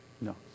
No